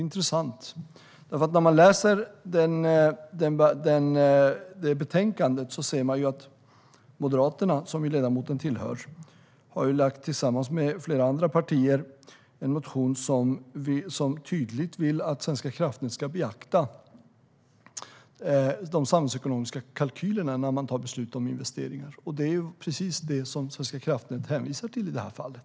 Intressant är att när man läser betänkandet ser man att Moderaterna, som ledamoten tillhör, tillsammans med flera andra partier har väckt en motion där det tydligt sägs att Svenska kraftnät ska beakta de samhällsekonomiska kalkylerna när beslut om investeringar tas. Det är precis detta som Svenska kraftnät hänvisar till i detta fall.